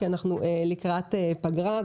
כי אנחנו לקראת פגרה.